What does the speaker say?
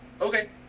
Okay